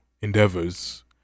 endeavors